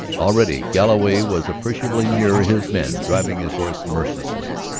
already galloway was appreciably nearer his men, driving his horse mercilessly.